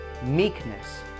meekness